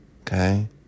Okay